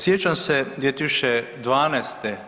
Sjećam se 2012.